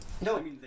No